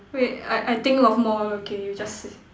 wait I I think of more okay you just sit